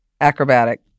acrobatic